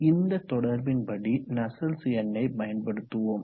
இந்த தொடர்பின்படி நஸ்சல்ட்ஸ் எண்ணை பயன்படுத்துவோம்